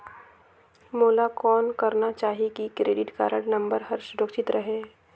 मोला कौन करना चाही की क्रेडिट कारड नम्बर हर सुरक्षित रहे?